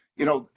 you know,